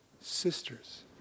sisters